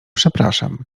przepraszam